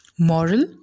Moral